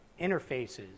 interfaces